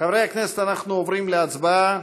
חברי הכנסת, אנחנו עוברים להצבעה.